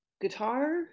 guitar